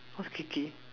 what's K K